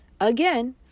Again